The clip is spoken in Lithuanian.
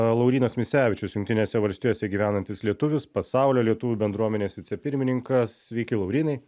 laurynas misevičius jungtinėse valstijose gyvenantis lietuvis pasaulio lietuvių bendruomenės vicepirmininkas sveiki laurynai